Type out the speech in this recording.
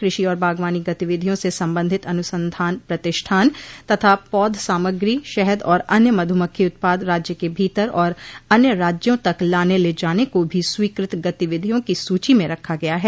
कृषि और बागवानी गतिविधिया से संबंधित अनुसंधान प्रतिष्ठान तथा पौध सामग्री शहद और अन्य मधुमक्खी उत्पाद राज्य के भीतर और अन्य राज्यों तक लाने ले जाने को भी स्वीकृत गतिविधियों की सूची में रखा गया है